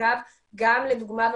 לדוגמה,